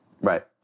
Right